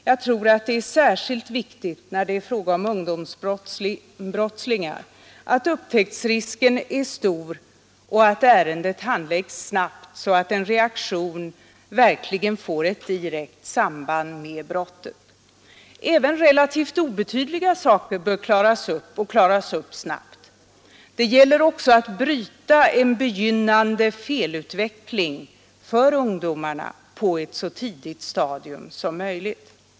Jag tror att det är särskilt viktigt, när det är fråga om ungdomsbrottslingar, att upptäcktsrisken är stor och att ärendet handläggs snabbt så att en reaktion verkligen får ett direkt samband med brottet. Även relativt obetydliga saker bör klaras upp och klaras upp rätt snabbt. Det gäller också att bryta en begynnande felutveckling för ungdomarna på ett så tidigt stadium som möjligt.